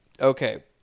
Okay